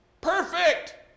Perfect